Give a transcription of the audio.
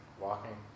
walking